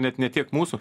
net ne tiek mūsų